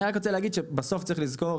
בסוף צריך לזכור,